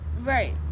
Right